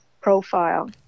profile